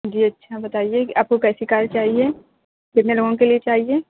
جی اچھا بتائیے آپ کو کیسی کار چاہیے کتنے لوگوں کے لیے چاہیے